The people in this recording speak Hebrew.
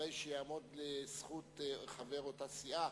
הרי שתעמוד לזכות חבר אותה סיעה